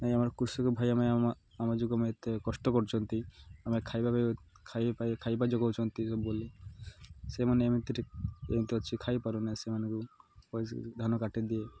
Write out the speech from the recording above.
ନାଇଁ ଆମର କୃଷକ ଭାଇ ଆମେ ଆ ଆମ ଯୋଗେଁ ଏତେ କଷ୍ଟ କରୁଛନ୍ତି ଆମେ ଖାଇବା ପାଇଁ ଖାଇବା ଖାଇବା ଯୋଗଉଛନ୍ତି ସବୁବେଳେ ସେମାନେ ଏମିତି ଏମିତି ଅଛି ଖାଇପାରୁନାହି ସେମାନଙ୍କୁ ପଇସା ପାଇଁ ଧାନ କାଟିଦିଏ